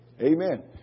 Amen